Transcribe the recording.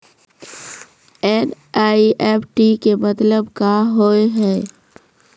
NEFT के मतलब का होव हेय?